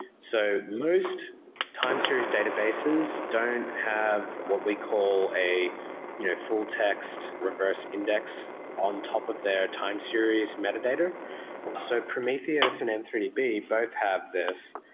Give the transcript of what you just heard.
so, most time series databases don't have what we call a you know full text reverse index on top of their time series metadata so prometheus and m three d b both have this,